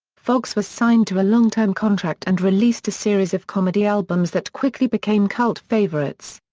foxx was signed to a long-term contract and released a series of comedy albums that quickly became cult favorites.